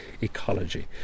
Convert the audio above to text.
ecology